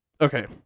Okay